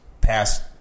past